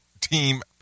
team